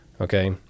Okay